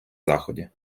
заході